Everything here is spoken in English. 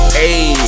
hey